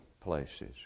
places